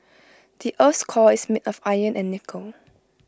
the Earth's core is made of iron and nickel